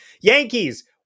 Yankees